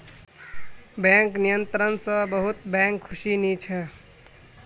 bank नियंत्रण स बहुत बैंक खुश नी छ